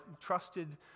trusted